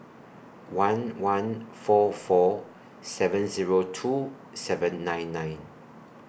one one four four seven Zero two seven nine nine